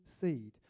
seed